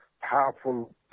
powerful